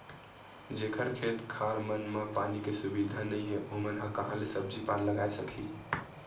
जेखर खेत खार मन म पानी के सुबिधा नइ हे ओमन ह काँहा ले सब्जी पान लगाए सकही